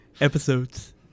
episodes